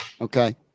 okay